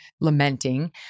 lamenting